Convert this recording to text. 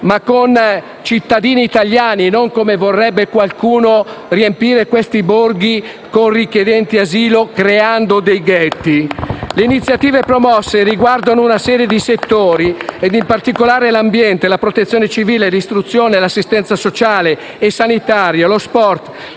ma per cittadini italiani e non - come vorrebbe qualcuno - riempiendo questi borghi con richiedenti asilo creando dei ghetti. *(Applausi dal Gruppo LN-Aut)*. Le iniziative promosse riguardano una serie di settori e, in particolare, l'ambiente, la protezione civile, l'istruzione, l'assistenza sociale e sanitaria, lo sport,